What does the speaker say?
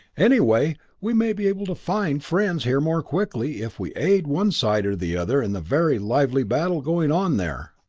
anyway, we may be able to find friends here more quickly if we aid one side or the other in the very lively battle going on there.